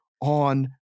on